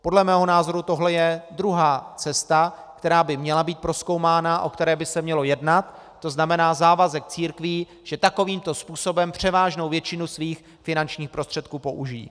Podle mého názoru tohle je druhá cesta, která by měla být prozkoumána, o které by se mělo jednat to znamená závazek církví, že takovýmto způsobem převážnou většinu svých finančních prostředků použijí.